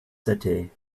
city